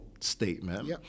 statement